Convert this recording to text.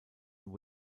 john